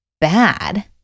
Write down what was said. bad